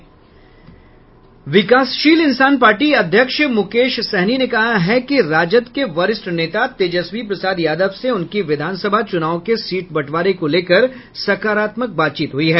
विकासशील इंसान पार्टी अध्यक्ष मुकेश सहनी ने कहा है कि राजद के वरिष्ठ नेता तेजस्वी प्रसाद यादव से उनकी विधान सभा चूनाव के सीट बंटवारे को लेकर सकारात्मक बातचीत हुई है